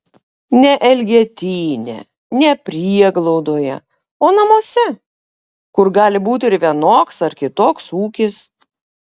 ne elgetyne ne prieglaudoje o namuose kur gali būti ir vienoks ar kitoks ūkis